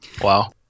Wow